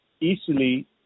easily